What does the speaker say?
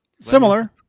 similar